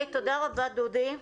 תודה רבה, דודי.